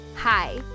Hi